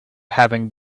having